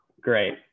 great